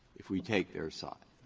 if we take their side.